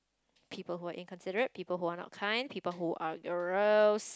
people who are inconsiderate people who are not kind people who are gross